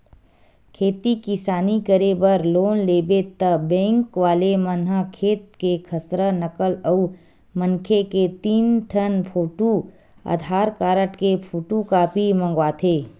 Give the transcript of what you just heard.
खेती किसानी करे बर लोन लेबे त बेंक वाले मन ह खेत के खसरा, नकल अउ मनखे के तीन ठन फोटू, आधार कारड के फोटूकापी मंगवाथे